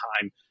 time